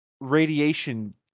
radiation